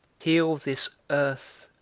heal this earth,